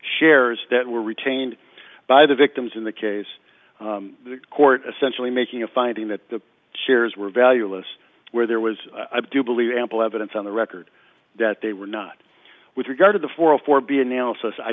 shares that were retained by the victims in the case the court essentially making a finding that the shares were valueless where there was i do believe ample evidence on the record that they were not with regard to the four for b